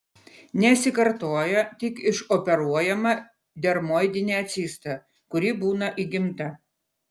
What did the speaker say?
nesikartoja tik išoperuojama dermoidinė cista kuri būna įgimta